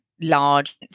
large